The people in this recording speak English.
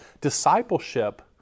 Discipleship